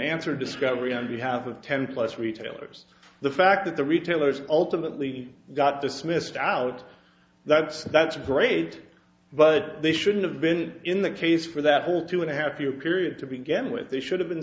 discovery on behalf of ten plus retailers the fact that the retailers ultimately got dismissed out that's that's great but they shouldn't have been in that case for that whole two and a half year period to begin with they should have been